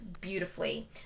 beautifully